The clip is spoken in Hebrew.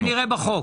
זה נראה בחוק.